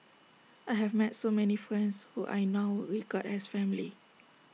I have met so many friends who I now regard as family